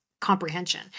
Comprehension